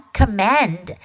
command